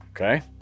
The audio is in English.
okay